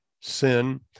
sin